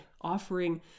offering